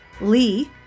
Lee